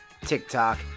TikTok